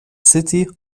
city